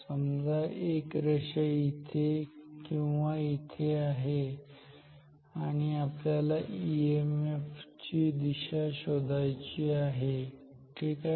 समजा एक रेषा इथे किंवा इथे आहे आणि आपल्याला ईएमएफ दिशा शोधायची आहे ठीक आहे